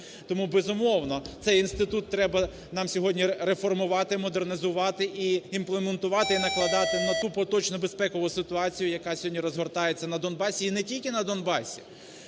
Тому, безумовно, цей інститут треба нам сьогодні реформувати, модернізувати і імплементувати, і накладати на ту поточну безпекову ситуацію, яка сьогодні розгортається на Донбасі і не тільки на Донбасі,